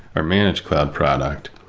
or managed cloud product.